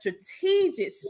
strategic